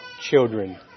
children